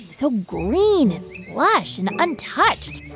so green and lush and untouched.